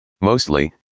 Mostly